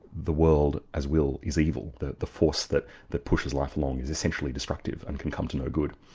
the world as will is evil, the the force that that pushes life along is essentially destructive, and can come to no good.